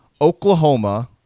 Oklahoma